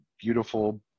beautiful